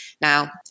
Now